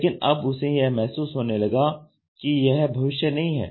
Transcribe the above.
लेकिन अब उसे यह महसूस होने लगा कि यह भविष्य नहीं है